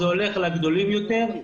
זה הולך לגדולים יותר,